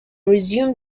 resumed